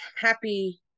happy